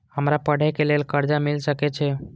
हमरा पढ़े के लेल कर्जा मिल सके छे?